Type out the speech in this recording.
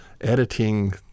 editing